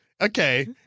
Okay